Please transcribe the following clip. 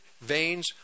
veins